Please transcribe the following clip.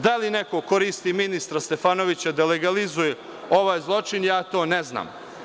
Da li neko koristi ministra Stefanovića da legalizuje ovaj zločin, ja to ne znam.